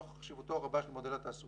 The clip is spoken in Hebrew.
נוכח חשיבותו הרבה של מודל התעסוקה,